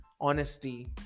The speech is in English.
honesty